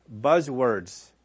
buzzwords